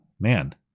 man